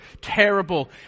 terrible